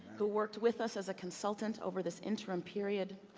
who worked with us as a consultant over this interim period,